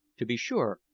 to be sure,